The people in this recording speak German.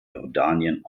jordanien